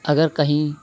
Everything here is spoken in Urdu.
اگر کہیں